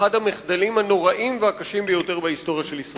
לאחד המחדלים הנוראים והקשים ביותר בהיסטוריה של ישראל.